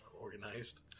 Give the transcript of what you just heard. organized